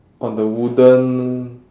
on the wooden